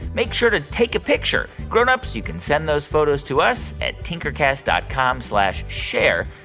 make sure to take a picture. grown-ups, you can send those photos to us at tinkercast dot com slash share.